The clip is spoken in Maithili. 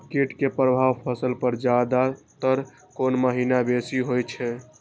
कीट के प्रभाव फसल पर ज्यादा तर कोन महीना बेसी होई छै?